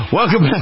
Welcome